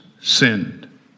sinned